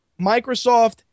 Microsoft